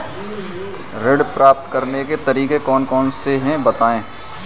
ऋण प्राप्त करने के तरीके कौन कौन से हैं बताएँ?